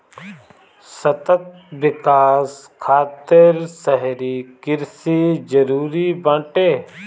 सतत विकास खातिर शहरी कृषि जरूरी बाटे